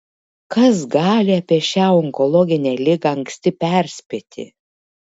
kas gali apie šią onkologinę ligą anksti perspėti